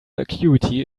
acuity